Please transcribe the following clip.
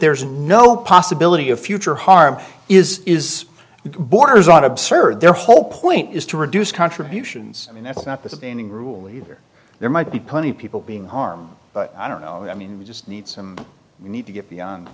there's no possibility of future harm is is borders on absurd the whole point is to reduce contributions and that's not the spending rule leader there might be plenty of people being harmed but i don't know i mean we just need some we need to get beyond